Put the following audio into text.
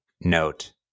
note